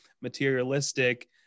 materialistic